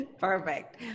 Perfect